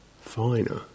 finer